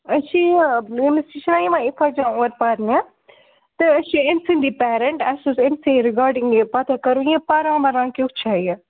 أسۍ چھِ یہِ چھنہ یِوان اِفَت جان اور پَرنہِ تہٕ أسۍ چھِ أمۍ سٕنٛدی پیرٮ۪نٛٹ اَسہِ اوس أمۍسٕے رِگاڈِنٛگ یہِ پَتَہ کَرُن یہِ پَران وَران کیُتھ چھےٚ یہِ